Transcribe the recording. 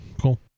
Cool